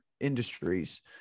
industries